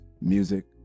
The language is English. Music